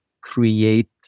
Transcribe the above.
create